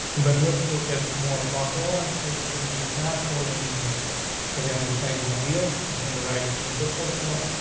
but let's look at more popular ones, which would be password an email again, the same old deal. we can write input first of all,